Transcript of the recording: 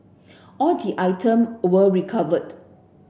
all the item were recovered